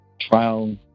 trial